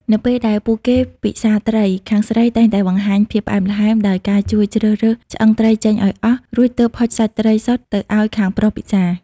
នៅពេលដែលពួកគេពិសារត្រី ខាងស្រីតែងតែបង្ហាញភាពផ្អែមល្ហែមដោយការជួយជ្រើសរើសឆ្អឹងត្រីចេញឱ្យអស់ រួចទើបហុចសាច់ត្រីសុទ្ធទៅឱ្យខាងប្រុសពិសារ។